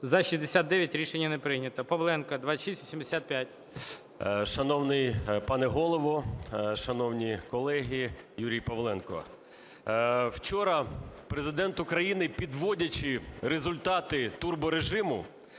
За-69 Рішення не прийнято. Павленко, 2685. 11:46:37 ПАВЛЕНКО Ю.О. Шановний пане Голово, шановні колеги! Юрій Павленко. Вчора Президент України, підводячи результати турборежиму,